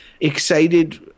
excited